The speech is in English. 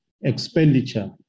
expenditure